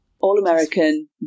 All-American